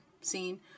scene